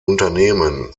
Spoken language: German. unternehmen